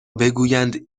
بگویند